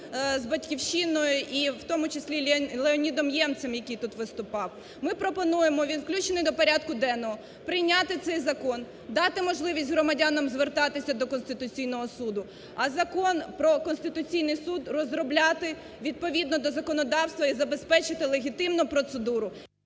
з "Батьківщиною", і в тому числі Леонідом Ємцем, який тут виступав, ми пропонуємо, він включений до порядку денного, прийняти цей закон, дати можливість громадянам звертатися до Конституційного суду, а Закон про Конституційний суд, розробляти відповідно до законодавства і забезпечити легітимну процедуру.